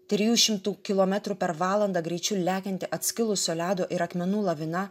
trijų šimtų kilometrų per valandą greičiu lekianti atskilusio ledo ir akmenų lavina